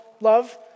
love